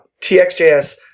TXJS